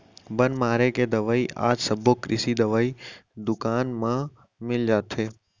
बन मारे के दवई आज सबो कृषि दवई दुकान म मिल जाथे